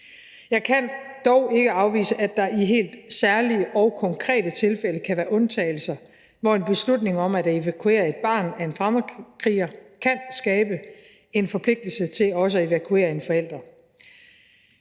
Jeg kan dog ikke afvise, at der i helt særlige og konkrete tilfælde kan være undtagelser, hvor en beslutning om at evakuere et barn af en fremmedkriger kan skabe en forpligtelse til også at evakuere en forælder.